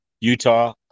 Utah